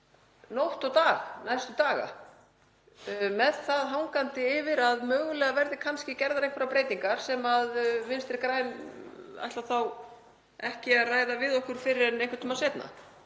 nótt og dag næstu daga með það hangandi yfir að mögulega verði kannski gerðar einhverjar breytingar sem Vinstri græn ætla þá ekki að ræða við okkur fyrr en einhvern tíma seinna.